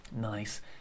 Nice